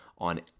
on